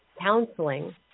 counseling